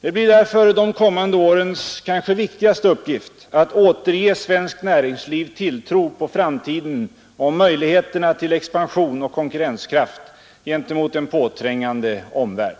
Det blir därför de kommande årens kanske viktigaste uppgift att återge svenskt näringsliv tilltro till framtiden och till möjligheterna till expansion och konkurrenskraft gentemot en påträngande omvärld.